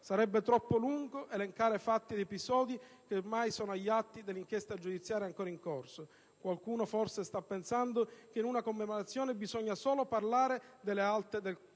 Sarebbe troppo lungo elencare fatti ed episodi che, ormai, sono agli atti dell'inchiesta giudiziaria ancora in corso. Qualcuno forse sta pensando che in una commemorazione bisogna parlare solo delle alte qualità